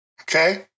Okay